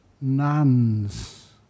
nuns